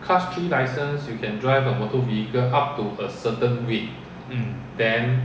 mm